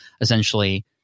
essentially